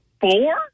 Four